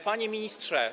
Panie Ministrze!